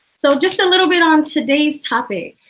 so just a little bit on today's topic.